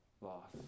Loss